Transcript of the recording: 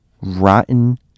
rotten